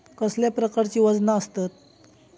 कसल्या प्रकारची वजना आसतत?